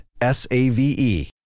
S-A-V-E